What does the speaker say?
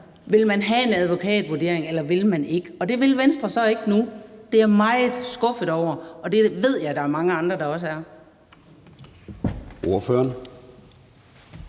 vil man have en advokatvurdering, eller vil man ikke? Det vil Venstre så ikke nu. Det er jeg meget skuffet over, og det ved jeg at der er mange andre der også er. Kl.